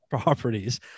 properties